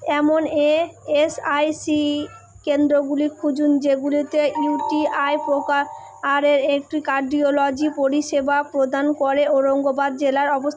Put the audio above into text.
এমন A S I C E কেন্দ্রগুলি খুঁজুন যেগুলিতে ইউ টি আই প্রকারের একটি কার্ডিওলজি পরিষেবা প্রদান করে ঔরঙ্গবাদ জেলার অবস